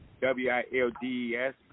W-I-L-D-E-S